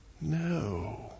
No